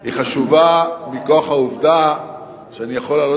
היא חשובה מכוח העובדה שאני יכול לעלות